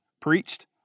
preached